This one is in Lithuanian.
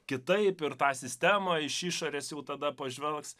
kitaip ir tą sistemą iš išorės jau tada pažvelgs